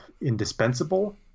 indispensable